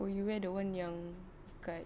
oh you wear the one yang ikat